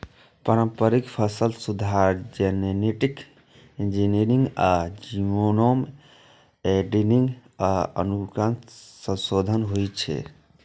पारंपरिक फसल सुधार, जेनेटिक इंजीनियरिंग आ जीनोम एडिटिंग सं आनुवंशिक संशोधन होइ छै